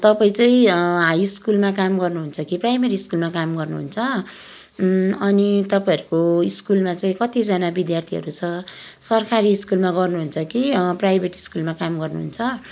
तपाईँ चाहिँ हाई स्कुलमा काम गर्नुहुन्छ कि प्राइमेरी स्कुलमा काम गर्नुहुन्छ अनि तपाईँहरूको स्कुलमा चाहिँ कति जना विद्यार्थीहरू छ सरकारी स्कुलमा गर्नुहुन्छ कि प्राइभेट स्कुलमा काम गर्नुहुन्छ